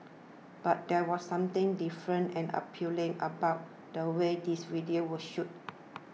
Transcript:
but there was something different and appealing about the way these videos were shot